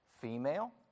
female